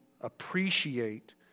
appreciate